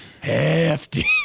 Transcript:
hefty